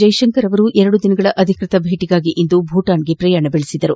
ಜೈಶಂಕರ್ ಎರಡು ದಿನಗಳ ಅಧಿಕ್ಷತ ಭೇಟಿಗಾಗಿ ಇಂದು ಭೂತಾನ್ಗೆ ಪ್ರಯಾಣ ಬೆಳೆಸಿದರು